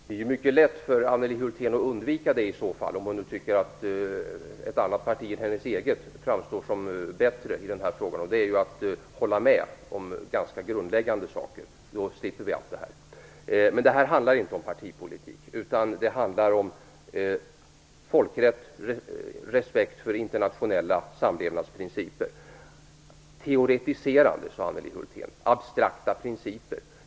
Herr talman! Om Anneli Hulthén tycker att ett annat parti framstår som bättre än hennes eget i den här frågan kan hon mycket lätt undvika det genom att hålla med om ganska grundläggande saker. Då slipper vi allt det här. Det här handlar emellertid inte om partipolitik. Det handlar om folkrätt, om respekt för internationella samlevnadsprinciper. Anneli Hulthén talar om "teoretiserande" och "abstrakta principer".